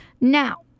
Now